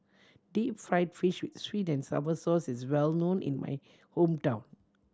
deep fried fish with sweet and sour sauce is well known in my hometown